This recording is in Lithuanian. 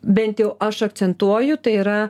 bent jau aš akcentuoju tai yra